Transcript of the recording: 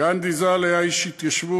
גנדי ז"ל היה איש התיישבות,